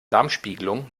darmspiegelung